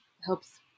helps